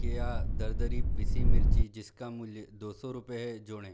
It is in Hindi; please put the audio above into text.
क्या दरदरी पिसी मिर्ची जिसका मूल्य दो सौ रुपये है जोड़ें